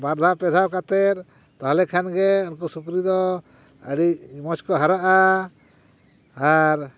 ᱵᱟᱨᱫᱷᱟᱣ ᱯᱮᱫᱷᱟᱣ ᱠᱟᱛᱮᱫ ᱛᱟᱦᱞᱮ ᱠᱷᱟᱱ ᱜᱮ ᱩᱱᱠᱩ ᱥᱩᱠᱨᱤ ᱫᱚ ᱟᱹᱰᱤ ᱢᱚᱡᱽ ᱠᱚ ᱦᱟᱨᱟᱜᱼᱟ ᱟᱨ